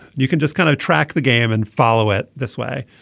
you can just kind of track the game and follow it this way.